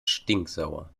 stinksauer